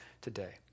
today